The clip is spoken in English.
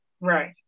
Right